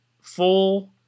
full